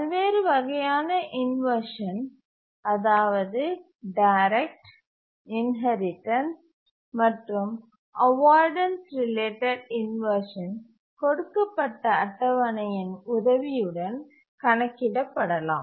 பல்வேறு வகையான இன்வர்ஷன் அதாவது டைரக்ட் இன்ஹெரிடன்ஸ் மற்றும் அவாய்டன்ஸ் ரிலேட்டட் இன்வர்ஷன் கொடுக்கப்பட்ட அட்டவணையின் உதவியுடன் கணக்கிடப்படலாம்